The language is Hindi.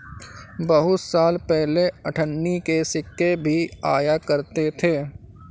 बहुत साल पहले अठन्नी के सिक्के भी आया करते थे